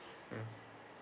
mm